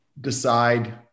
decide